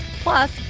Plus